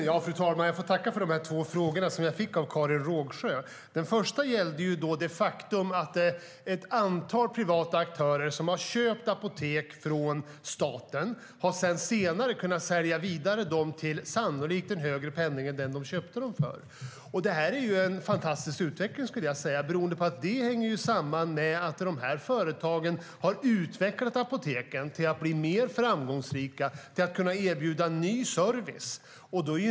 Fru talman! Jag tackar Karin Rågsjö för inlägget. Karin Rågsjö ifrågasätter att ett antal privata aktörer som har köpt apotek från staten har kunnat sälja dem vidare till en sannolikt högre penning än de köpte dem för. Det är en fantastisk utveckling som hänger samman med att dessa företag har utvecklat apoteken till att bli mer framgångsrika och kunna erbjuda ny service.